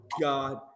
God